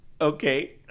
Okay